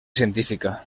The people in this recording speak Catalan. científica